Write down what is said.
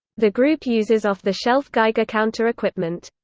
the group uses off-the-shelf geiger counter equipment.